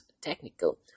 technical